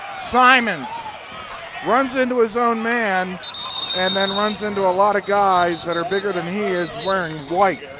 simons runs into his own man and then runs into a lot of guys that are bigger than he is wearing white.